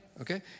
Okay